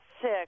sick